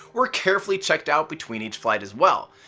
were carefully checked out between each flight as well.